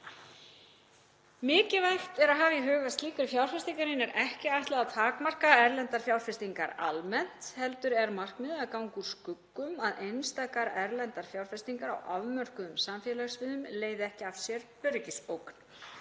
Mikilvægt er að hafa í huga að slíkri fjárfestingarýni er ekki ætlað að takmarka erlendar fjárfestingar almennt heldur er markmiðið að ganga úr skugga um að einstakar erlendar fjárfestingar á afmörkuðum samfélagssviðum leiði ekki af sér öryggisógn,